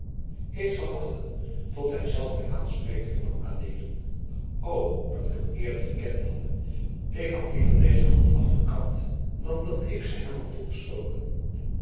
ik zal wachten dat hij zelf mij aanspreekt hernam adeelen o dat ik hem eerder gekend hadde ik had liever deze hand afgekapt dan dat ik ze hem had